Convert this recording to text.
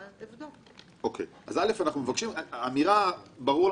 ואם כן, האם הייתם צריכים לתקן